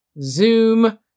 Zoom